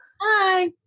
Hi